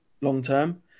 long-term